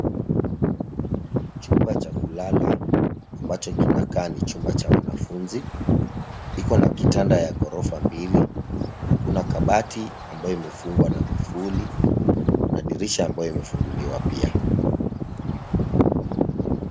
Chumba cha kulala ambacho kinakaa ni chumba cha wanafunzi iko na kitanda ya ghorofa mbili. Kuna kabati ambayo imefungwa na vifuli. Kuna dirisha ambayo imefunguliwa pia.